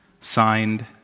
Signed